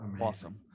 awesome